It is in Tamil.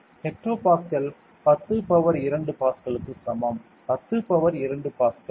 ஹெக்டோ பாஸ்கல் 10 பவர் 2 பாஸ்கலுக்கு சமம் 10 பவர் 2 பாஸ்கல்